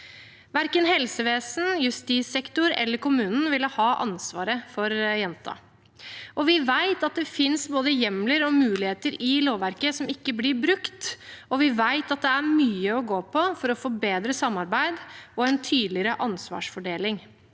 Verken helsevesenet, justissektoren eller kommunen ville ha ansvaret for jenta. Vi vet at det finnes både hjemler og muligheter i lovverket som ikke blir brukt, og vi vet at det er mye å gå på for å få bedre samarbeid og en tydeligere ansvarsfordeling.